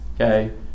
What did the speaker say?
Okay